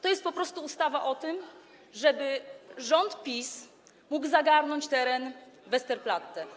To jest po prostu ustawa dążąca do tego, żeby rząd PiS mógł zagarnąć teren Westerplatte.